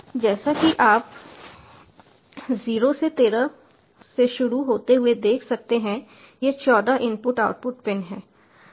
जैसा कि आप 0 से 13 से शुरू होते हुए देख सकते हैं ये चौदह इनपुट आउटपुट पिन हैं